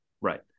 Right